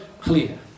clear